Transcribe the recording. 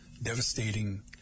devastating